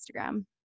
Instagram